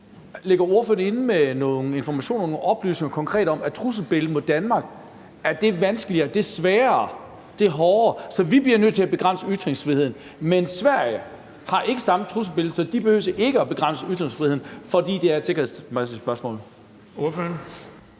Ligger ordføreren inde med nogle konkrete informationer og oplysninger om, at trusselsbilledet mod Danmark er det værre , sådan at vi bliver nødt til at begrænse ytringsfriheden, mens Sverige ikke har samme trusselsbillede, så de behøver ikke at begrænse ytringsfriheden, i forhold til at det er et sikkerhedsmæssigt spørgsmål?